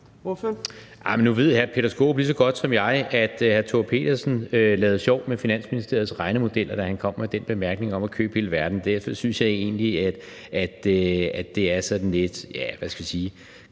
Nu ved hr. Peter Skaarup lige så godt som jeg, at hr. Thor Pedersen lavede sjov med Finansministeriets regnemodeller, da han kom med den bemærkning om at købe hele verden. Det synes jeg egentlig er sådan lidt – ja, hvad skal vi sige